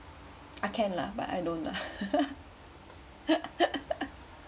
I can lah but I don't lah